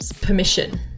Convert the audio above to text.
permission